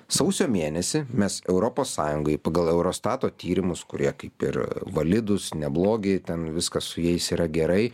sausio mėnesį mes europos sąjungoj pagal eurostato tyrimus kurie kaip ir validūs neblogi ten viskas su jais yra gerai